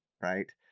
right